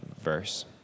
verse